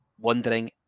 wondering